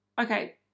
okay